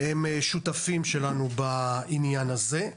הם שותפים שלנו בעניין הזה.